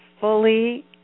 fully